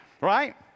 right